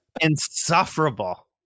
insufferable